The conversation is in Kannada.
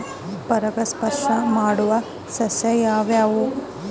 ಪರಾಗಸ್ಪರ್ಶ ಮಾಡಾವು ಸಸ್ಯ ಯಾವ್ಯಾವು?